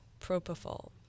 Propofol